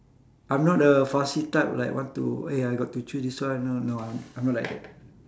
I'm not a fussy type like what to eh I got to choose this one no no I'm not like that